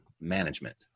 management